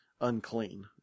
Unclean